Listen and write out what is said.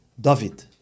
David